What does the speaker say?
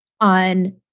on